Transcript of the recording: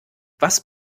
was